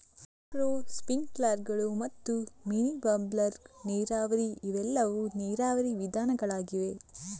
micro ಸ್ಪ್ರಿಂಕ್ಲರುಗಳು ಮತ್ತು mini bubbler ನೀರಾವರಿ ಇವೆಲ್ಲವೂ ನೀರಾವರಿ ವಿಧಾನಗಳಾಗಿವೆ